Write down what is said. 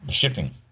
shipping